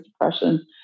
depression